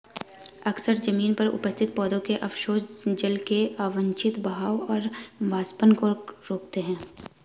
अक्सर जमीन पर उपस्थित पौधों के अवशेष जल के अवांछित बहाव और वाष्पन को रोकते हैं